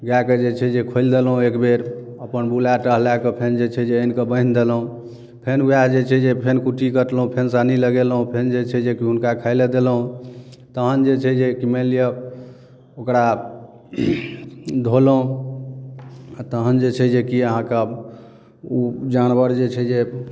गायके जे छै जे खोलि देलहुँ एकबेर अपन बुला टहला कऽ फेन जे छै जे आनिकऽ बान्हि देलहुँ फेन ओएह जे छै जे फेन कुट्टी कटलहुँ फेन सानी लगेलहुँ फेन जे छै जे कि हुनका खायला देलहुँ तहन जे छै जे की मानिलिअ ओकरा धोलहुँ तहन जे छै जेकी अहाँके जानवर जे छै जे